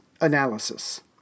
analysis